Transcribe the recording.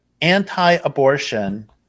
anti-abortion